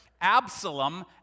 Absalom